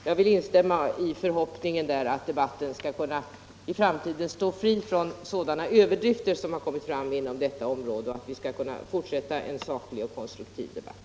Även jag uttalar förhoppningen 33 ens framtida inriktning att debatten i framtiden skall vara fri från sådana överdrifter som förekommit och att vi skall kunna föra en saklig och konstruktiv debatt.